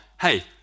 hey